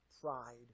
pride